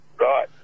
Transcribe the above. Right